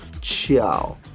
ciao